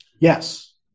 Yes